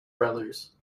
brothers